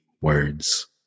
words